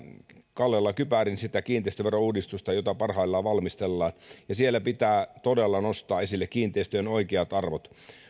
kallella kypärin sitä kiinteistöverouudistusta jota parhaillaan valmistellaan siellä pitää todella nostaa esille kiinteistöjen oikeat arvot